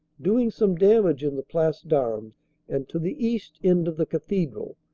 doing some damage in the place d armes and to the east end of the cathedral,